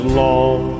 long